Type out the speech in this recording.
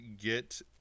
get